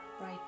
right